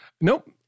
Nope